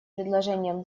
предложением